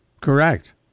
Correct